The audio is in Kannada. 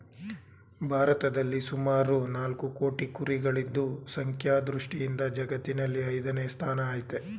ಭಾರತದಲ್ಲಿ ಸುಮಾರು ನಾಲ್ಕು ಕೋಟಿ ಕುರಿಗಳಿದ್ದು ಸಂಖ್ಯಾ ದೃಷ್ಟಿಯಿಂದ ಜಗತ್ತಿನಲ್ಲಿ ಐದನೇ ಸ್ಥಾನ ಆಯ್ತೆ